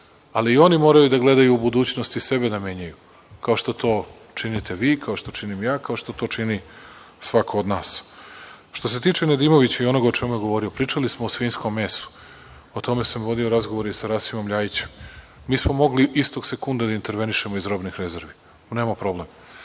ali i oni moraju da gledaju u budućnost i sebe da menjaju, kao što to činite vi, kao što to činim ja, kao što to čini svako od nas. Što se tiče Nedimovića i onoga o čemu je govorio, pričali smo o svinjskom mesu. O tome sam vodio razgovor i sa Rasimom Ljajićem. Mi smo mogli istog sekunda da intervenišemo iz robnih rezervi, tu nemamo problem,